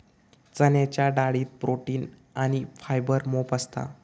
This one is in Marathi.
चण्याच्या डाळीत प्रोटीन आणी फायबर मोप असता